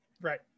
Right